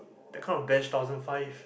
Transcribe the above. that kind of grand thousand five